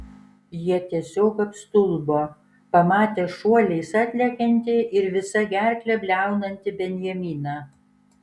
jie tiesiog apstulbo pamatę šuoliais atlekiantį ir visa gerkle bliaunantį benjaminą